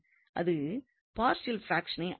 அது பார்ஷியல் ப்ரக்ஷனே ஆகும்